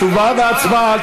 הצבעה, הצבעה.